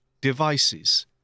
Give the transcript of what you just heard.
devices